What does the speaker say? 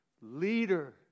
leader